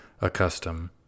accustomed